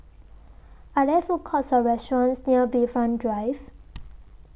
Are There Food Courts Or restaurants near Bayfront Drive